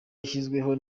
yashyizweho